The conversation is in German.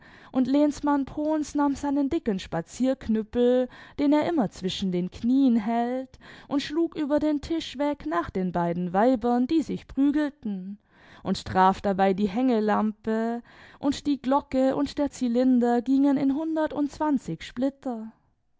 und lehnsmann pohns nalun seinen dicken spazierknüppel den er immer zwischen den knien hält und schlug übler den tisch weg nach den beiden weibern die sich prügelten und traf dabei die hängelampe und die glocke imd der zylinder gingen in himdertundzwanzig splitter